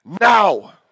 Now